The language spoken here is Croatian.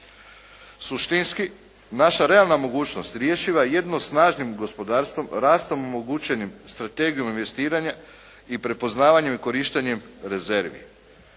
Suštinski naša realna mogućnost rješiva je jedino snažnim gospodarstvom, rastom omogućenim strategijom investiranja i prepoznavanjem i korištenjem rezervi.